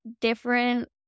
different